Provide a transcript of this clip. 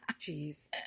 Jeez